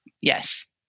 yes